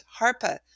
HARPA